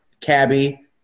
cabbie